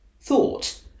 thought